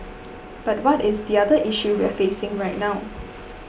but what is the other issue we're facing right now